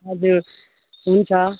हजुर हुन्छ